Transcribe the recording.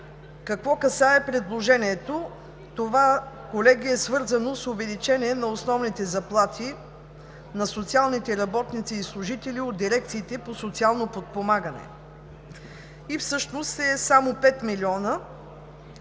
Какво касае предложението? Това, колеги, е свързано с увеличение на основните заплати на социалните работници и служителите от дирекциите по социално подпомагане и всъщност е само 5 млн.